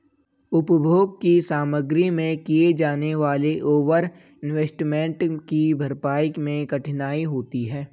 उपभोग की सामग्री में किए जाने वाले ओवर इन्वेस्टमेंट की भरपाई मैं कठिनाई होती है